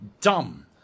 dumb